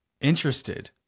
interested